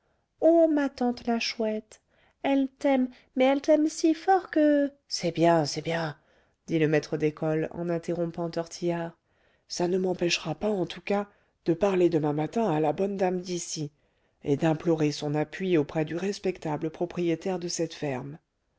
oh ma tante la chouette elle t'aime mais elle t'aime si fort que c'est bien c'est bien dit le maître d'école en interrompant tortillard ça ne m'empêchera pas en tout cas de parler demain matin à la bonne dame d'ici et d'implorer son appui auprès du respectable propriétaire de cette ferme